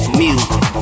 music